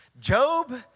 Job